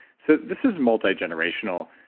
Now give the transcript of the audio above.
so this is multi-generational.